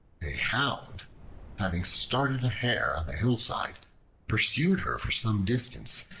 a hound having started a hare on the hillside pursued her for some distance,